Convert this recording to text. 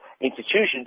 institutions